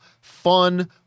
fun